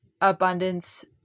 abundance